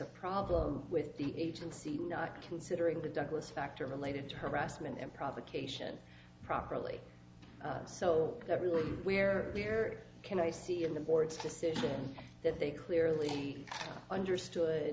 a problem with the agency not considering the douglas factor related to harassment and provocation properly so everyone we're here can i see in the board's decision that they clearly understood